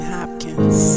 Hopkins